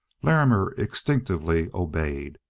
larrimer instinctively obeyed,